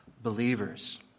Believers